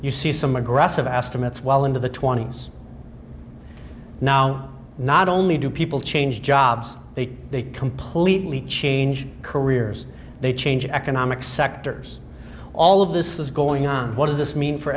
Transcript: you see some aggressive ask them it's well into the twenty's now not only do people change jobs they completely change careers they change economic sectors all of this is going on what does this mean for